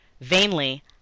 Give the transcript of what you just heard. vainly